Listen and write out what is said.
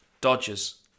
Dodgers